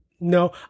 No